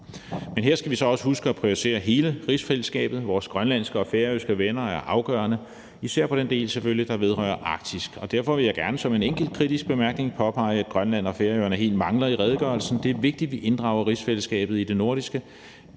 Men her skal vi så også huske at prioritere hele rigsfællesskabet. Vores grønlandske og færøske venner er afgørende, især selvfølgelig i forhold til den del, der vedrører Arktis, og derfor vil jeg gerne som en enkelt kritisk bemærkning påpege, at Grønland og Færøerne helt mangler i redegørelsen. Det er vigtigt, at vi inddrager rigsfællesskabet i det nordiske